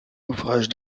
ouvrage